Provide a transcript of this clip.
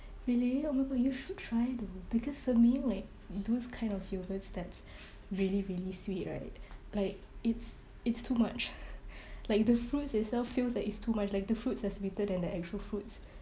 really oh my god you should try though because for me like those kind of yogurts that's really really sweet right like it's it's too much like the fruits itself feels that it's too much like the fruits are sweeter than the actual fruits